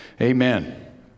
Amen